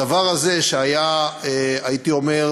הדבר הזה, שהיה, הייתי אומר,